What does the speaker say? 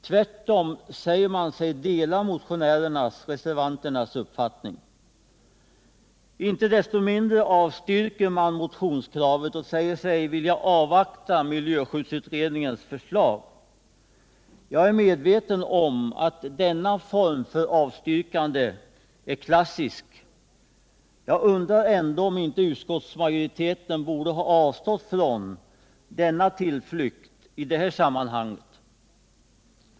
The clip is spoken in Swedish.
Tvärtom säger man sig dela motionärernas och reservanternas uppfattning. Icke desto mindre avstyrker man motionskravet och säger sig vilja avvakta miljöskyddsutredningens förslag. Jag är medveten om att denna form för avstyrkande är klassisk. Jag undrar ändå om inte utskottsmajoriteten borde ha avstått från denna tillflykt i det här sammanhanget.